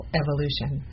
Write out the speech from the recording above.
evolution